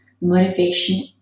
motivation